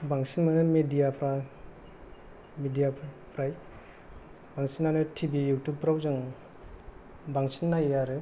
बांसिनानो मेडिया फ्रा मेडिया फ्रा बांसिनानो टि भि इउटुब फोराव जों बांसिन नायो आरो